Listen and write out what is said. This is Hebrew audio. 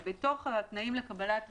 בתוך התנאים לקבלת רישיון,